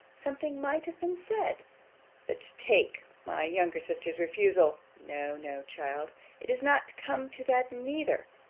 something might have been said but to take my younger sister's refusal! no, no, child it is not come to that neither!